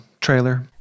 trailer